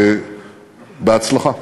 בהצלחה.